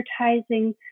advertising